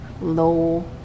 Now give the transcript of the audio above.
low